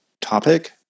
topic